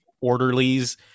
orderlies